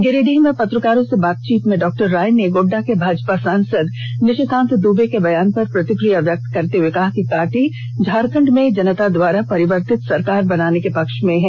गिरिडीह में पत्रकारों से बातचीत करते हुए डॉ राय ने गोड्डा के भाजपा सांसद निशिकांत दुबे के बयान पर प्रतिक्रिया व्यक्त करते हुए कहा कि पार्टी झारखण्ड में जनता द्वारा परिवर्तित सरकार बनाने के पक्ष में है